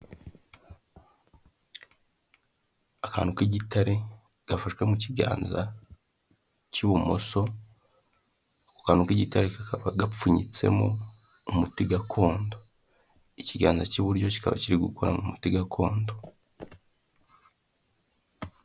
Akantu k'igitare gafashwe mu kiganza cy'ibumoso, ako kantu k'igitare kakaba gapfunyitsemo umuti gakondo. Ikiganza cy'iburyo kikaba kiri gukura mu muti gakondo.